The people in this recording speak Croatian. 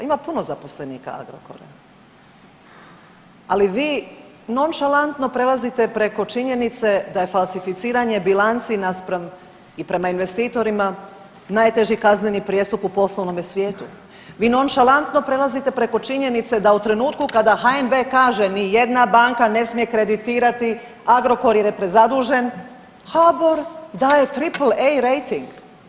Ima puno zaposlenika Agrokora, ali vi nonšalantno prelazite preko činjenice da je falsificiranje bilanci naspram i prema investitorima najteži kazneni prijestup u poslovnome svijetu, vi nonšalantno prelazite preko činjenice da u trenutku kada HNB kaže nijedna banka ne smije kreditirati Agrokor jer je prezadužen, HBOR daje triple E rejting.